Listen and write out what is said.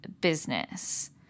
business